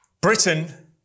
Britain